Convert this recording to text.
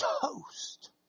toast